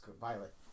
Violet